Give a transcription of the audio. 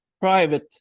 private